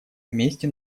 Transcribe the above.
вместе